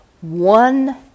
one